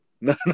No